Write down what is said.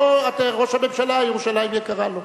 לא רק, ראש הממשלה, ירושלים יקרה לו.